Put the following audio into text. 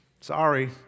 Sorry